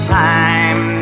time